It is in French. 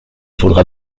faudra